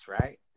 right